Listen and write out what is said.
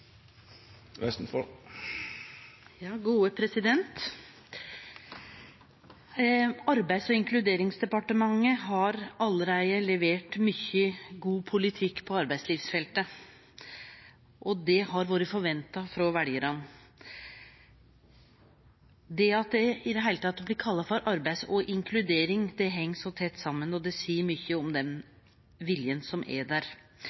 Arbeids- og inkluderingsdepartementet har allereie levert mykje god politikk på arbeidslivsfeltet, og det har vore forventa frå veljarane. Det at det i det heile blir kalla for arbeid og inkludering, er fordi det heng så tett saman, og det seier mykje om den viljen som er der.